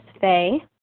Faye